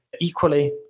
equally